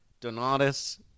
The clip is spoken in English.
Donatus